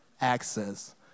access